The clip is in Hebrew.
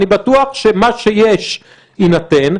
אני בטוח שמה שיש יינתן.